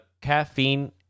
caffeine